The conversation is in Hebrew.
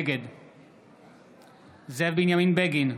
נגד זאב בנימין בגין,